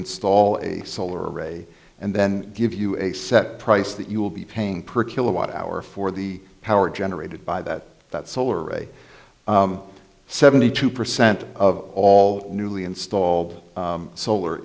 install a solar array and then give you a set price that you will be paying per kilowatt hour for the power generated by that that solar array seventy two percent of all newly installed solar